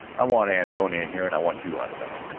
i want antone in here and i want you outside!